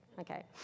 Okay